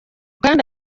kandi